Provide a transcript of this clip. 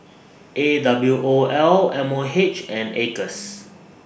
A W O L M O H and Acres